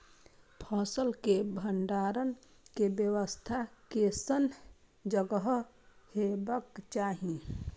फसल के भंडारण के व्यवस्था केसन जगह हेबाक चाही?